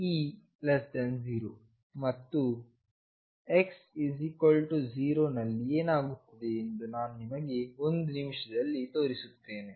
ಮತ್ತುx0 ನಲ್ಲಿ ಏನಾಗುತ್ತದೆ ಎಂದು ನಾನು ನಿಮಗೆ ಒಂದು ನಿಮಿಷದಲ್ಲಿ ತೋರಿಸುತ್ತೇನೆ